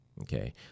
okay